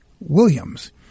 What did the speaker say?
Williams